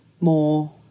more